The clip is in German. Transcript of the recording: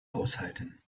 aushalten